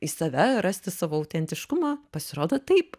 į save rasti savo autentiškumą pasirodo taip